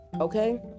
Okay